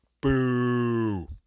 Boo